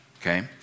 okay